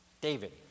David